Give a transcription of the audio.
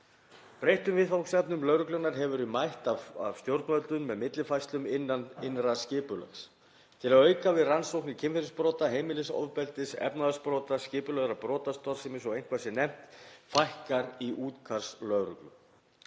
Breyttum viðfangsefnum lögreglunnar hefur verið mætt af stjórnvöldum með millifærslum innan innra skipulags. Til að auka við rannsóknir kynferðisbrota, heimilisofbeldis, efnahagsbrota, skipulagðrar brotastarfsemi, svo eitthvað sé nefnt, fækkar í útkallslögreglu.